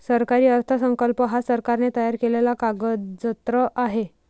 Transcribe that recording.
सरकारी अर्थसंकल्प हा सरकारने तयार केलेला कागदजत्र आहे